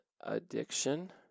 addiction